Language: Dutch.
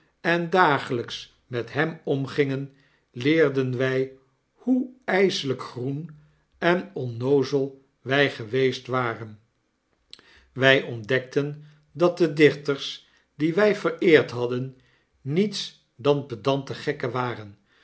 en dagelijks met hem omgingen leerden wij hoe ijselijk groen en onnoozel wij geweest waren wij ontdekten dat de dichters die wij vereerd hadden niets dan pedante gekken waren